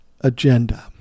agenda